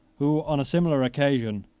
who, on a similar occasion,